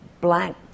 black